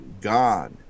God